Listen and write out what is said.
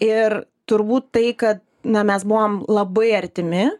ir turbūt tai kad na mes buvom labai artimi